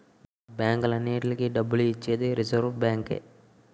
బ్యాంకులన్నింటికీ డబ్బు ఇచ్చేది రిజర్వ్ బ్యాంకే